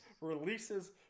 Releases